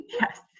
Yes